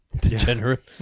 Degenerate